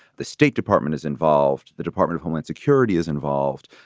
the state department is involved. the department of homeland security is involved.